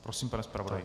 Prosím, pane zpravodaji.